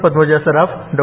Padmaja Saraf Dr